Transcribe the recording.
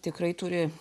tikrai turi